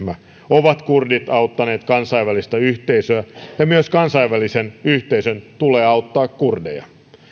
ovat kurdit auttaneet kansainvälistä yhteisöä ja myös kansainvälisen yhteisön tulee auttaa kurdeja